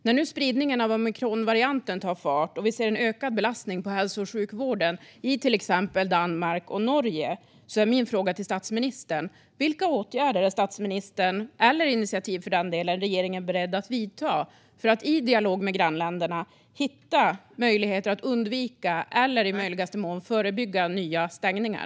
Nu tar spridningen av omikronvarianten fart, och vi ser en ökad belastning på hälso och sjukvården i till exempel Danmark och Norge. Min fråga till statsministern är vilka åtgärder eller initiativ hon och regeringen är beredda att vidta för att i dialog med grannländerna hitta möjligheter att undvika eller i möjligaste mån förebygga nya stängningar.